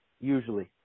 Usually